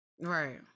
Right